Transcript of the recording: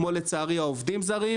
כמו לצערי העובדים הזרים.